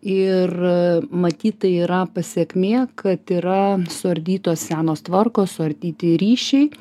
ir matyt tai yra pasekmė kad yra suardytos senos tvarkos suardyti ryšiai